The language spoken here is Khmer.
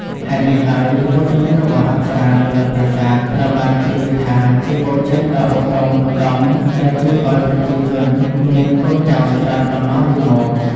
ហេតុនេះហើយ វត្តមានរបស់អប្សរានៅលើប្រាសាទត្រូវបានគេជឿថាជា ពរជ័យដ៏ឧត្តុង្គឧត្តម ដែលជួយឲ្យប្រជាជនមាន កូនចៅច្រើនតំណរៀងមក។